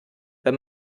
wenn